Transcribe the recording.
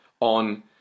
on